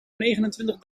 negenentwintig